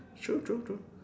true true true